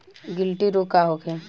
गिलटी रोग का होखे?